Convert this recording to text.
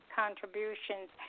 contributions